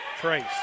Trace